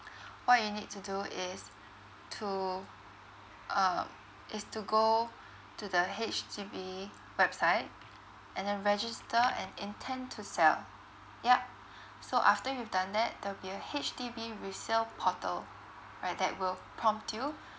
what you need to do is to um is to go to the H_D_B website and then register an intent to sell yup so after you've done that there'll be a H_D_B resale portal right that will prompt you